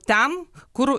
ten kur